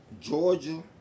Georgia